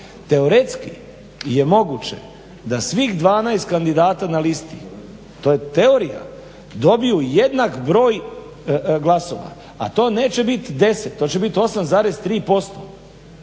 Teoretski je moguće da svih 12 kandidata na listi, to je teorija dobiju jednak broj glasova, a to neće bit 10, to će bit 8,3%.